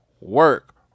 work